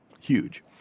huge